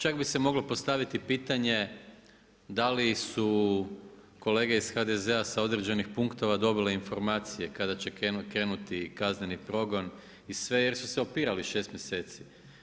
Čak bi se moglo postaviti pitanje, da li su kolege iz HDZ-a sa određenih punktova dobile informacije, kada će krenuti kazneni progon i sve jer su se opirali 6 mjesec.